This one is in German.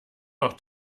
noch